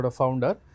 founder